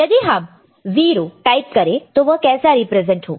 यदि हम 0 टाइप करें तो वह कैसे रिप्रेजेंट होगा